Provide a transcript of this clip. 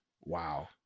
Wow